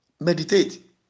meditate